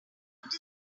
hard